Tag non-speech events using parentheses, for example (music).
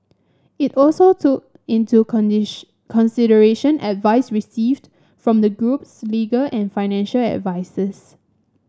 it also took into (unintelligible) consideration advice received from the group's legal and financial advisers